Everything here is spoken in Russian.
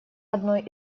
одной